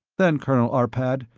then, colonel arpad,